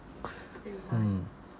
mm